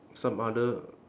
some other